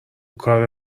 کار